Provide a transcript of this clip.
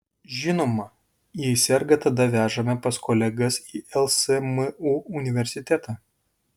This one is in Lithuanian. žinoma jei serga tada vežame pas kolegas į lsmu universitetą